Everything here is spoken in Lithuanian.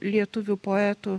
lietuvių poetų